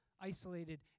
isolated